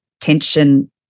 tension